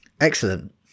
excellent